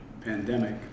pandemic